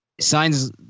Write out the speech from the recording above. Signs